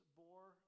bore